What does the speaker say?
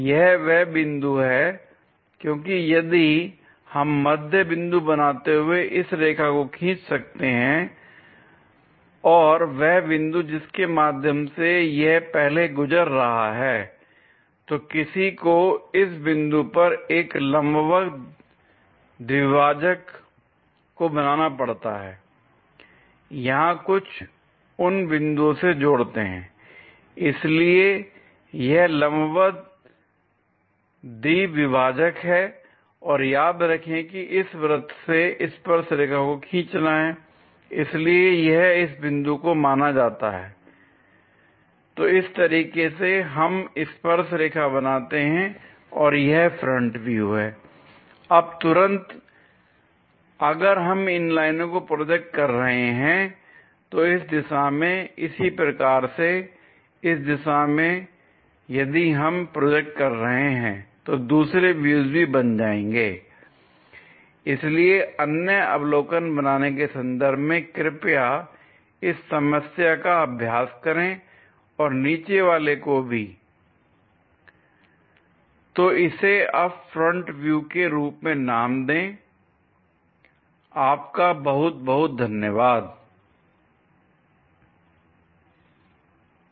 यह वह बिंदु है क्योंकि यदि हम मध्य बिंदु बनाते हुए इस रेखा को खींच सकते हैं और वह बिंदु जिसके माध्यम से यह पहले गुजर रहा है तो किसी को इस बिंदु पर एक लंबवत द्विभाजक को बनाना पड़ता है l यहां कुछ उन बिंदुओं से जोड़ते हैं l इसलिए यह लंबवत द्विभाजक हैं और याद रखें की इस वृत्त से स्पर्शरेखा को खींचना है l इसलिए यह इस बिंदु को माना जाता है l तो इस तरीके से हम स्पर्श रेखा बनाते हैं और यह फ्रंट व्यू है l अब तुरंत अगर हम इन लाइनों को प्रोजेक्ट कर रहे हैंइस दिशा में इसी प्रकार से इस दिशा में यदि हम प्रोजेक्ट कर रहे हैं तो दूसरे व्यूज भी बन जाएंगे l इसलिए अन्य अवलोकन बनाने के संदर्भ में कृपया इस समस्या का अभ्यास करें और नीचे वाले को भी l तो इसे अब फ्रंट व्यू के रूप में नाम दें l आपका बहुत बहुत धन्यवाद l